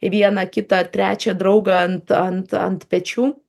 vieną kitą trečią draugą ant ant ant pečių